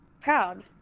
proud